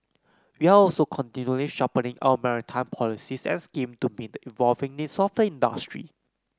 we are also continually sharpening our maritime policies and scheme to meet the evolving needs of the industry